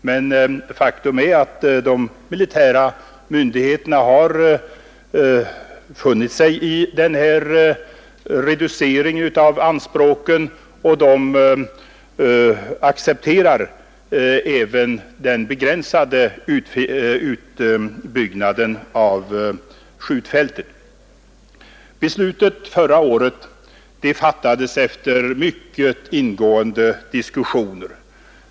Men faktum är att de militära myndigheterna har funnit sig i denna reducering av anspråken, och de accepterar även den begränsade utbyggnaden av skjutfältet. Beslutet förra året fattades efter mycket ingående diskussioner.